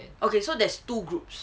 okay so there's two groups